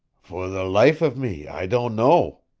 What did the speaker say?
for the life of me i don't know,